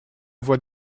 voix